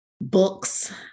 books